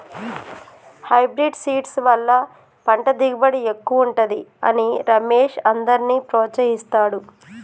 hybrid seeds వల్ల పంట దిగుబడి ఎక్కువుంటది అని రమేష్ అందర్నీ ప్రోత్సహిస్తాడు